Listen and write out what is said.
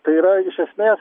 tai yra iš esmės